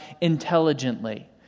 intelligently